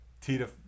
Tita